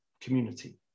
community